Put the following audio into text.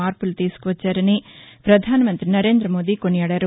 మార్పులు తీసుకువచ్చారని పధాన మంత్రి నరేందమోదీ కొనియాడారు